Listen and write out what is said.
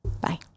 Bye